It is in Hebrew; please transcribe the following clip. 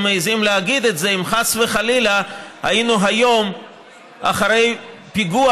מעיזים להגיד את זה אם חס וחלילה היינו היום אחרי פיגוע,